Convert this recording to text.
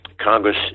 Congress